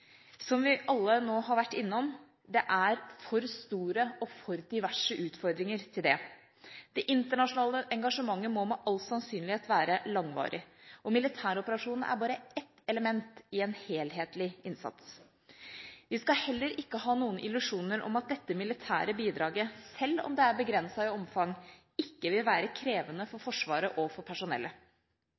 Som vi alle nå har vært innom, er det for store og for diverse utfordringer til det. Det internasjonale engasjementet må med all sannsynlighet være langvarig, og militæroperasjonen er bare ett element i en helhetlig innsats. Vi skal heller ikke ha noen illusjoner om at dette militære bidraget, selv om det er begrenset i omfang, ikke vil være krevende for Forsvaret og for personellet.